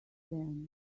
them